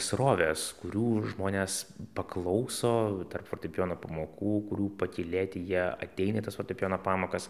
srovės kurių žmonės paklauso tarp fortepijono pamokų kurių pakylėti jie ateina į tas fortepijono pamokas